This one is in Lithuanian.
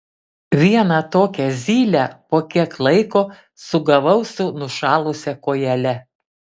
vieną tokią zylę po kiek laiko sugavau su nušalusia kojele